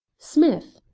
smith,